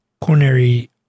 coronary